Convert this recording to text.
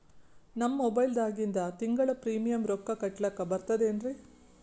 ನಮ್ಮ ಮೊಬೈಲದಾಗಿಂದ ತಿಂಗಳ ಪ್ರೀಮಿಯಂ ರೊಕ್ಕ ಕಟ್ಲಕ್ಕ ಬರ್ತದೇನ್ರಿ?